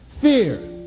Fear